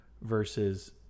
versus